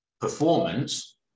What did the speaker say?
performance